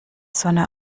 sonne